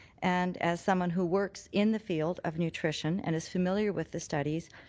and as someone who works in the field of nutrition and is familiar with this study,